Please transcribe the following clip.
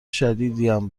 شدیدیم